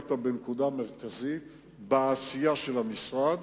נגעת בנקודה מרכזית בעשייה של המשרד,